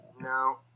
No